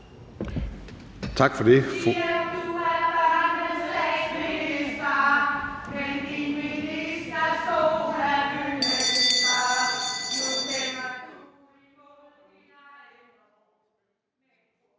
Tak for det.